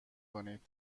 کنید